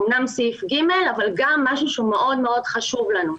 אמנם זה סעיף (ג) אבל זה משהו שהוא מאוד מאוד חשוב לנו.